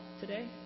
today